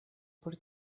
por